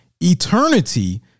eternity